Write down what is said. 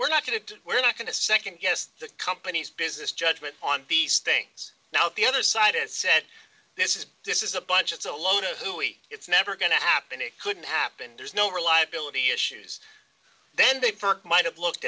we're not going to we're not going to nd guess the company's business judgment on piece things now the other side it said this is this is a bunch of the lotos who eat it's never going to happen it couldn't happen there's no reliability issues then they might have looked